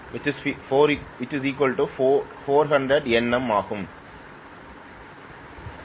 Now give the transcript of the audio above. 25400 400Nm ஆக இருக்கும்